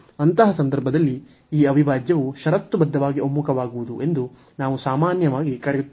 ಅಂತಹ ಸಂದರ್ಭದಲ್ಲಿ ಈ ಅವಿಭಾಜ್ಯವು ಷರತ್ತುಬದ್ಧವಾಗಿ ಒಮ್ಮುಖವಾಗುವುದು ಎಂದು ನಾವು ಸಾಮಾನ್ಯವಾಗಿ ಕರೆಯುತ್ತೇವೆ